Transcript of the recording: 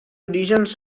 orígens